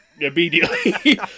immediately